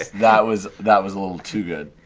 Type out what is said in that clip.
that was that was a little too good.